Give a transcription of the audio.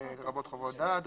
לרבות חוות דעת,